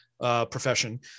profession